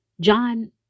John